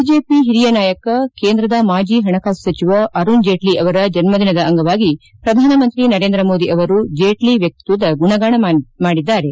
BJP ಓರಿಯ ನಾಯಕ ಕೇಂದ್ರದ ಮಾಜಿ ಪಣಕಾಸು ಸಚಿವ ಅರುಣ್ ಜೇಟ್ಲ ಅವರ ಜನ್ಮದಿನದ ಅಂಗವಾಗಿ ಪ್ರಧಾನಮಂತ್ರಿ ನರೇಂದ್ರ ಮೋದಿ ಅವರು ಜೇಟ್ಲ ವ್ಯಕ್ತಿತ್ವ ಗುಣಗಾನ ಮಾಡಿದ್ದಾರೆ